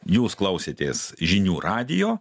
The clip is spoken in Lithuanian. jūs klausėtės žinių radijo